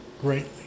greatly